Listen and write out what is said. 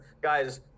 Guys